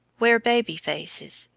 where baby faces,